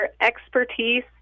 expertise